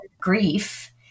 Grief